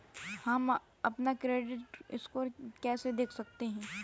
हम अपना credit score कैसे देख सकते हैं?